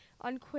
on